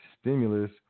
stimulus